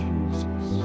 Jesus